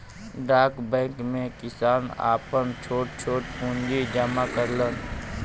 डाक बैंक में किसान आपन छोट छोट पूंजी जमा करलन